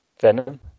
Venom